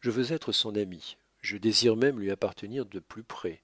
je veux être son ami je désire même lui appartenir de plus près